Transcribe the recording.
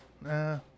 nah